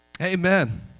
Amen